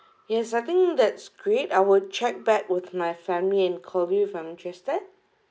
yes I think that's great I will check back with my family and call you if I'm interested